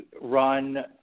run